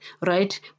right